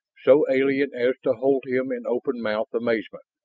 so alien as to hold him in open-mouthed amazement.